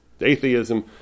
atheism